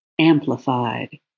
amplified